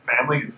family